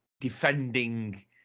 defending